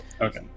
Okay